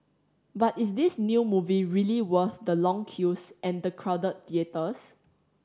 but is this new movie really worth the long queues and the crowded theatres